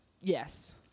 Yes